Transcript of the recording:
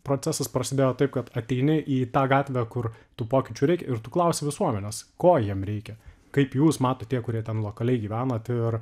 procesas prasidėjo taip kad ateini į tą gatvę kur tų pokyčių reikia ir tu klausi visuomenės ko jiem reikia kaip jūs matot tie kurie ten lokaliai gyvenat ir